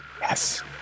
Yes